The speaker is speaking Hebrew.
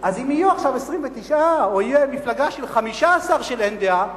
אז אם יהיו עכשיו 29 או נהיה מפלגה של 15 של אין דעה,